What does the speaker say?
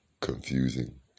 confusing